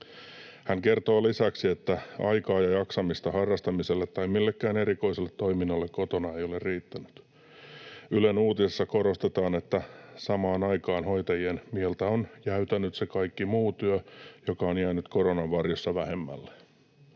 Hän kertoo lisäksi, että aikaa ja jaksamista harrastamiselle tai millekään erikoiselle toiminnalle kotona ei ole riittänyt. Ylen uutisessa korostetaan, että samaan aikaan hoitajien mieltä on jäytänyt se kaikki muu työ, joka on jäänyt koronan varjossa vähemmälle.